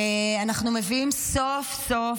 אנחנו מביאים סוף-סוף,